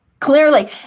Clearly